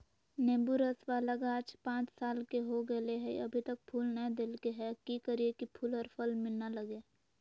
नेंबू रस बाला के गाछ पांच साल के हो गेलै हैं अभी तक फूल नय देलके है, की करियय की फूल और फल मिलना लगे?